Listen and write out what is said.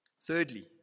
Thirdly